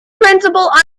principle